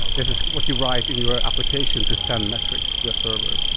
this is what you write in your application to send metrics to a server.